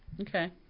Okay